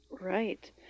Right